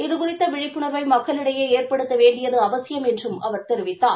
இது குறித்த விழிப்புணர்வை மக்களிடையே ஏற்படுத்த வேண்டியது அவசியம் என்றும் அவர் தெரிவித்தார்